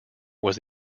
was